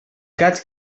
gats